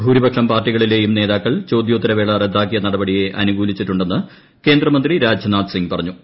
ഭൂരിപക്ഷം പാർട്ടികളിലെയും നേതാക്കൾ ചോദ്യോത്തരവേള റദ്ദാക്കിയ നടപടിയെ അനുകൂലിച്ചിട്ടുണ്ടെന്ന് കേന്ദ്രമന്ത്രി രാജ്നാഥ്സിംഗ് പറഞ്ഞു